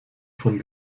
von